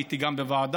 הייתי גם בוועדה,